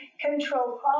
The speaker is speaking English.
control